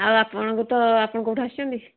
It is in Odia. ଆଉ ଆପଣଙ୍କୁ ତ ଆପଣ କେଉଁଠୁ ଆସିଛନ୍ତି